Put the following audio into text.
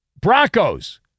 Broncos